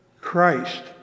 Christ